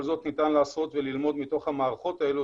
כל זאת ניתן לעשות וללמוד מתוך המערכות האלה,